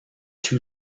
two